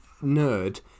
nerd